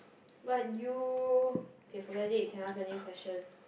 but you K forget it you can ask a new question